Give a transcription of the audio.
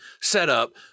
setup